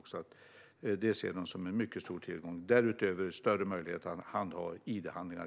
Därutöver har man större möjligheter att handha id-handlingar.